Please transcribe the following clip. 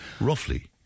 Roughly